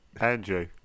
Andrew